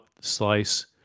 slice